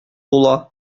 тула